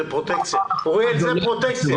אוריאל, זו פרוטקציה.